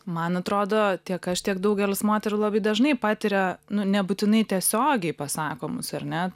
man atrodo tiek aš tiek daugelis moterų labai dažnai patiria nu nebūtinai tiesiogiai pasakomus ar ne